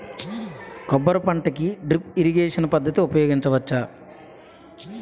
కొబ్బరి పంట కి డ్రిప్ ఇరిగేషన్ పద్ధతి ఉపయగించవచ్చా?